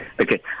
Okay